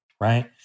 right